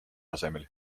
asemel